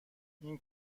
این